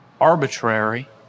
arbitrary